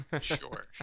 Sure